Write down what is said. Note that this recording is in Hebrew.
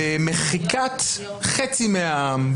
במחיקת חצי מהעם,